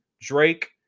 Drake